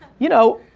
you know,